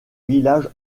village